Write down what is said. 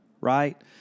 right